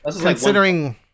Considering